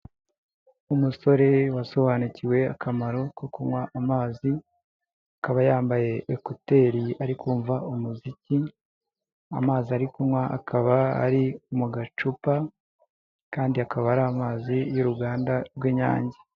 Umusore wasobanukiwe akamaro ko kunywa amazi, akaba yambaye ekuteri ari kumva umuziki, amazi ari kunywa akaba ari mu gacupa kandi akaba ari amazi y'uruganda rw'inyange.